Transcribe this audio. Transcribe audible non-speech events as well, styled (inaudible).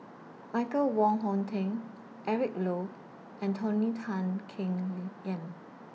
Michael Wong Hong Teng Eric Low and Tony Tan Keng (noise) Yam